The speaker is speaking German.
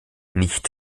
nicht